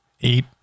eight